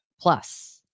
plus